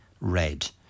Red